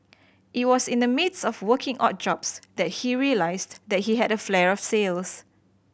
it was in the midst of working odd jobs that he realised that he had a flair sales